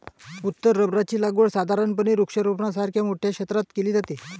उत्तर रबराची लागवड साधारणपणे वृक्षारोपणासारख्या मोठ्या क्षेत्रात केली जाते